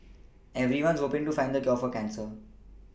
everyone's hoPing to find the cure for cancer